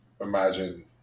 imagine